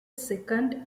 second